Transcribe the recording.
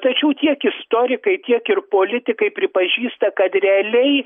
tačiau tiek istorikai tiek ir politikai pripažįsta kad realiai